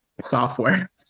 software